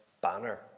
Banner